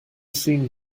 seen